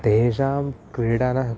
तेषां क्रीडनं